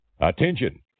Attention